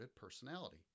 personality